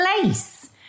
place